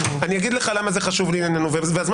אני אגיד לך למה זה חשוב לענייננו והזמן